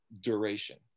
duration